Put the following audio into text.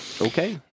Okay